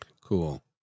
Cool